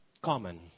common